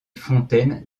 fontaine